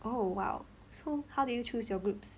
oh !wow! so how did you choose your groups